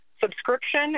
Subscription